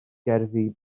gerddi